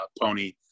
Pony